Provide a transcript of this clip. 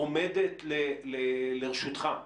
עומדת לרשותך.